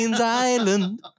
Island